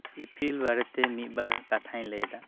ᱤᱯᱤᱞ ᱵᱟᱨᱮᱛᱮ ᱢᱤᱫᱽᱵᱟᱨ ᱠᱟᱛᱷᱟᱧ ᱞᱟᱹᱭ ᱮᱫᱟ